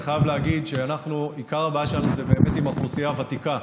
אני חייב להגיד שעיקר הבעיה שלנו זה באמת עם האוכלוסייה הוותיקה,